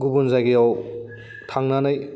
गुबुन जायगायाव थांनानै